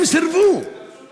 מאיפה אתה יודע את זה?